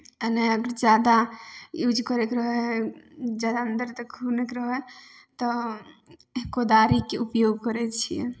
आओर नहि अगर जादा यूज करैके रहै हइ जादा अन्दर तक खुनैके रहै हइ तऽ कोदारिके उपयोग करै छिए